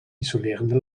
isolerende